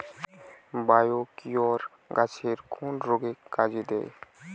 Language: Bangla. বায়োকিওর গাছের কোন রোগে কাজেদেয়?